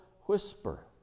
whisper